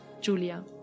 Julia